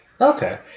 Okay